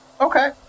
Okay